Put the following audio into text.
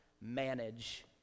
manage